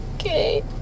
Okay